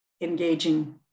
engaging